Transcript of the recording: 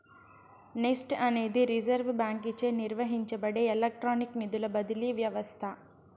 NEFT అనేది reserve బాంకీచే నిర్వహించబడే ఎలక్ట్రానిక్ నిధుల బదిలీ వ్యవస్త